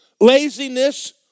Laziness